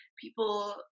people